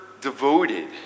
devoted